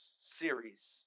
series